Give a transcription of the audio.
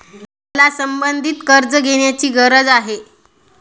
मला संबंधित कर्ज घेण्याची गरज आहे